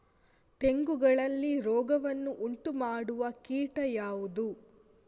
ತೆಂಗುಗಳಲ್ಲಿ ರೋಗವನ್ನು ಉಂಟುಮಾಡುವ ಕೀಟ ಯಾವುದು?